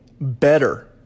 better